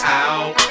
out